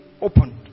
opened